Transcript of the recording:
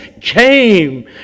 came